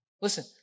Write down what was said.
Listen